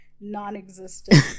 non-existent